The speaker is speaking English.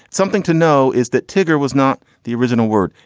something to know is that tigger was not the original word.